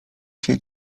się